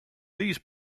these